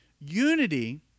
unity